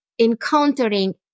encountering